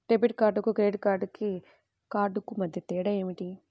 Debit కార్డుకు credit credit కార్డుకు మధ్య తేడా ఏమిటీ?